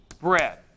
bread